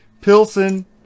Pilsen